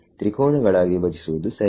ತ್ರಿಕೋನಗಳಾಗಿ ವಿಭಜಿಸುವುದು ಸರಿ